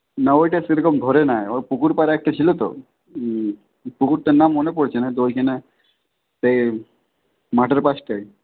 না ওইটা সেরকম ধরে নাই ওই পুকুর পাড়ে একটা ছিল তো পুকুরটার নাম মনে পড়ছেনা তো ওখানে সেই মাঠের পাশটায়